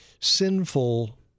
sinful